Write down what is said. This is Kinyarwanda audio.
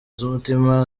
z’umutima